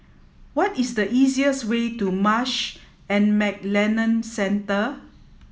what is the easiest way to Marsh and McLennan Centre